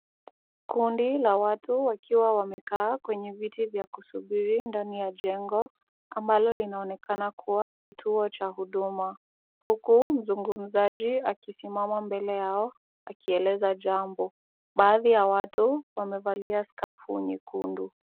Kundi la watu wakiwa wamekaa kwenye viti vya kusubiri ndani ya jengo, ambalo linaonekana kuwa kituo cha huduma, huku mzungumzaji akisimama mbele yao, akieleza jambo. Baadhi ya watu wamevalia scarf nyekundu.